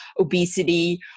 obesity